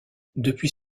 depuis